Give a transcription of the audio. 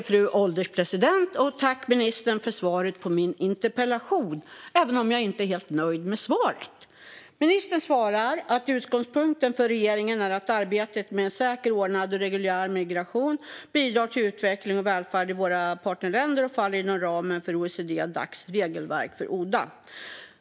Fru ålderspresident! Jag tackar ministern för svaret på min interpellation, även om jag inte är helt nöjd med svaret. Ministern svarar följande: "Utgångspunkten för regeringen är att arbetet med en säker, ordnad och reguljär migration bidrar till utveckling och välfärd i våra partnerländer och faller inom ramen för OECD-Dacs regelverk för ODA."